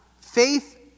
faith